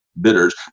bidders